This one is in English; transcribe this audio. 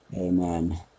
Amen